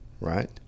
right